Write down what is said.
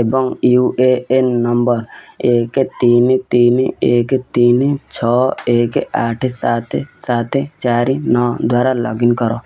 ଏବଂ U A N number ଏକ ତିନି ତିନି ଏକ ତିନି ଛଅ ଏକ ଆଠ ସାତ ସାତ ଚାରି ନଅ ଦ୍ଵାରା ଲଗ୍ ଇନ୍ କର